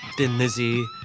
thin lizzy.